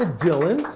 ah dylan.